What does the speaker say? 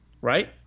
Right